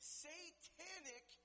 satanic